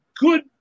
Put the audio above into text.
good